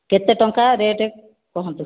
କେତେ ଟଙ୍କା ରେଟ୍ କୁହନ୍ତୁ